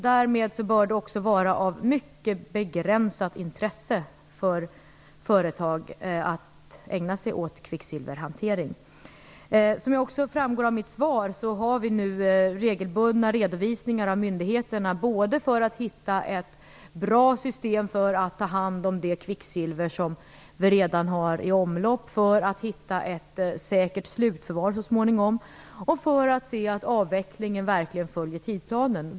Därmed bör det också vara av mycket begränsat intresse för företag att ägna sig åt kvicksilverhantering. Som också framgår av mitt svar får vi nu regelbundna redovisningar av myndigheterna både för att hitta ett bra system för att ta hand om det kvicksilver som vi redan har i omlopp för att så småningom hitta en säker slutförvaring och för att se att avvecklingen verkligen följer tidsplanen.